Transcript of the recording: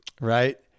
right